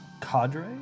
cadre